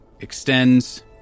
extends